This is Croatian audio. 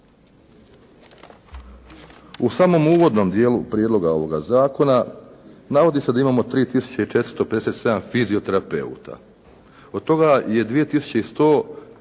U samom uvodnom dijelu prijedloga ovoga zakona navodi se da imamo 3457 fizioterapeuta. Od toga je 2100